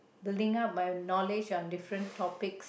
building up my knowledge on different topic